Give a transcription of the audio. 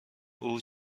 اون